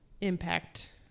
impact